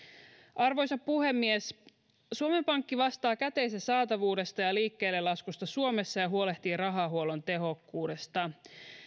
arvoisa puhemies suomen pankki vastaa käteisen saatavuudesta ja liikkeellelaskusta suomessa ja huolehtii rahahuollon tehokkuudesta